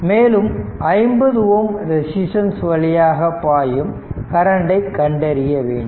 மேலும் 50 ohm resistance வழியாக பாயும் கரண்டை கண்டறிய வேண்டும்